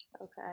okay